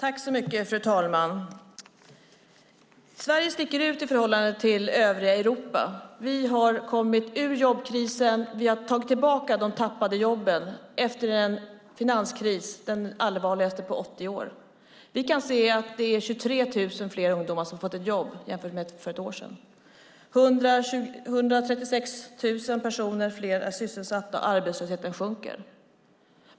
Fru talman! Sverige sticker ut i förhållande till övriga Europa. Vi har kommit ur jobbkrisen och tagit tillbaka de tappade jobben efter en finanskris, den allvarligaste på 80 år. Vi kan se att det är 23 000 fler ungdomar som har fått ett jobb jämfört med hur det var för ett år sedan. Det är 136 000 fler som är sysselsatta, och arbetslösheten sjunker.